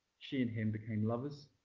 she and him became lovers.